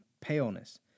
paleness